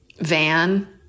van